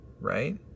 right